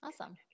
Awesome